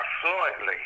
fluently